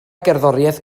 gerddoriaeth